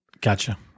Gotcha